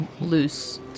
Loose